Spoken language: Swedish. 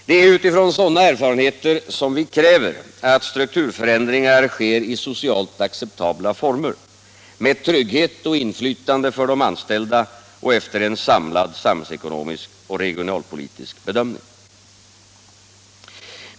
Det är utifrån sådana erfarenheter som vi kräver att strukturförändringar sker i socialt acceptabla former, med trygghet och inflytande för de anställda och efter en samlad samhällsekonomisk och regionalpolitisk bedömning.